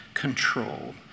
control